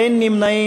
אין נמנעים.